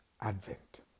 Advent